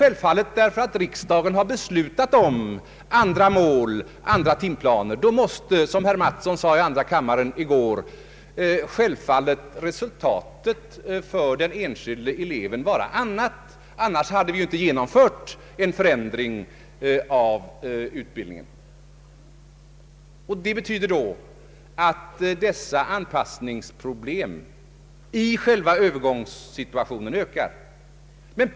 Eftersom riksdagen har beslutat om en annan målsättning, andra timplaner, måste — som herr Mattsson sade i andra kammaren i går — självfallet resultatet för den enskilde eleven bli ett annat; annars hade vi inte genomfört en förändring av utbildningen. Det betyder att anpassningsproblemen i själva Öövergångssituationen måste bli större.